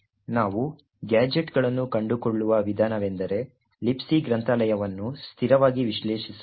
ನಾವು ಗ್ಯಾಜೆಟ್ಗಳನ್ನು ಕಂಡುಕೊಳ್ಳುವ ವಿಧಾನವೆಂದರೆ Libc ಗ್ರಂಥಾಲಯವನ್ನು ಸ್ಥಿರವಾಗಿ ವಿಶ್ಲೇಷಿಸುವುದು